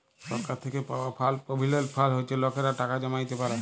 সরকার থ্যাইকে পাউয়া fund provident fund হছে লকেরা টাকা জ্যমাইতে পারে